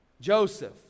Joseph